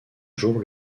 jour